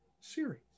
series